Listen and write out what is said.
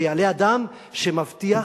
ויעלה אדם שמבטיח